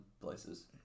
places